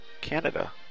Canada